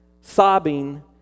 Sobbing